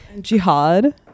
Jihad